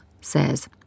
says